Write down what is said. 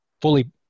fully